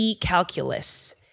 calculus